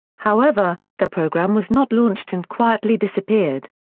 however, the programme was not launched and quietly disappeared.